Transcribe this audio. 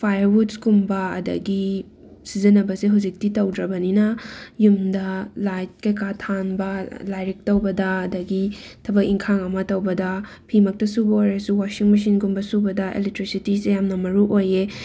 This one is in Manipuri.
ꯐꯥꯏꯔꯋꯨꯗꯀꯨꯝꯕ ꯑꯗꯒꯤ ꯁꯤꯖꯤꯟꯅꯕꯁꯦ ꯍꯧꯖꯤꯛꯇꯤ ꯇꯧꯗ꯭ꯔꯕꯅꯤꯅ ꯌꯨꯝꯗ ꯂꯥꯏꯠ ꯀꯩꯀꯥ ꯊꯥꯟꯕ ꯂꯥꯏꯔꯤꯛ ꯇꯧꯕꯗ ꯑꯗꯒꯤ ꯊꯕꯛ ꯏꯡꯈꯥꯡ ꯑꯃ ꯇꯧꯕꯗ ꯐꯤꯃꯛꯇ ꯁꯨꯕ ꯑꯣꯏꯔꯁꯨ ꯋꯥꯁꯤꯡ ꯃꯦꯆꯤꯟꯒꯨꯝꯕ ꯁꯨꯕꯗ ꯑꯦꯂꯦꯛꯇ꯭ꯔꯤꯁꯤꯇꯤꯁꯦ ꯌꯥꯝꯅ ꯃꯔꯨ ꯑꯣꯏꯌꯦ